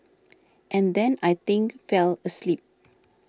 and then I think fell asleep